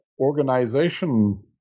organization